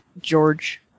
George